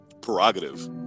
prerogative